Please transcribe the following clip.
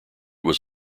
was